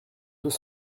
deux